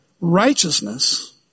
Righteousness